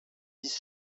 vice